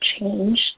change